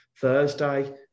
Thursday